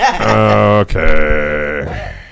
Okay